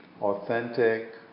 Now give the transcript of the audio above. authentic